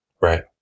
Right